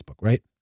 right